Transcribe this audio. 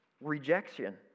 rejection